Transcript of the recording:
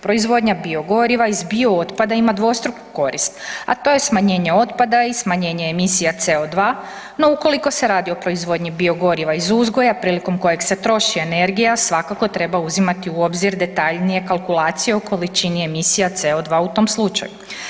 Proizvodnja biogoriva iz bio otpada ima dvostruku korist a to je smanjenje otpada i smanjenje emisija CO2 no ukoliko se radi o proizvodnji biogoriva iz uzgoja prilikom kojeg se troši energija, svakako treba uzimati u obzir detaljnije kalkulacije u količini emisija CO2 u tom slučaju.